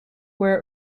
where